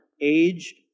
age